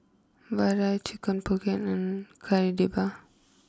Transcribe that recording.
Vadai Chicken pocket and Kari Debal